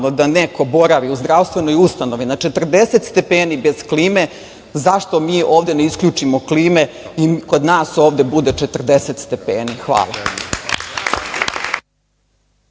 da neko boravi u zdravstvenoj ustanovi na 40 stepeni bez klime, zašto mi ovde ne isključimo klime i kod nas ovde bude 40 stepeni. Hvala.